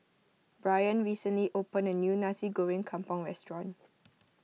Bryan recently opened a new Nasi Goreng Kampung restaurant